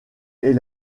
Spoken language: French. est